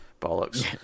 Bollocks